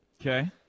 Okay